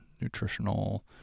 Nutritional